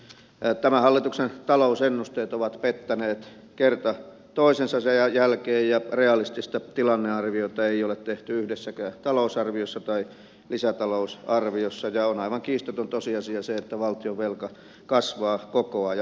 tämän hallituksen talousennusteet ovat pettäneet kerta toisensa jälkeen realistista tilannearviota ei ole tehty yhdessäkään talousarviossa tai lisätalousarviossa ja on aivan kiistaton tosiasia se että valtionvelka kasvaa koko ajan